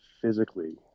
physically